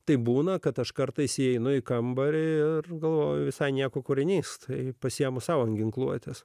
tai būna kad aš kartais įeinu į kambarį ir galvoju visai nieko kūrinys tai pasiimu savo ginkluotės